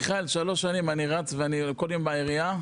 מיכאל שלוש שנים אני רץ ואני כל יום בעירייה.